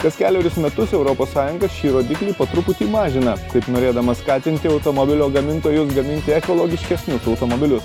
kas kelerius metus europos sąjunga šį rodiklį po truputį mažina taip norėdama skatinti automobilio gamintojus gaminti ekologiškesnius automobilius